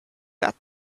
that